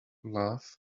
love